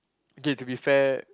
they have to be fair